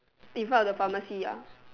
in front of the pharmacy ah